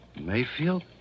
Mayfield